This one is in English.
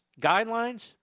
guidelines